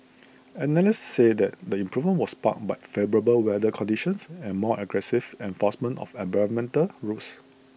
analysts said that the improvement was sparked by favourable weather conditions and more aggressive enforcement of environmental rules